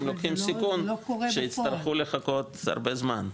הם לוקחים סיכון שיצטרכו לחכות הרבה זמן.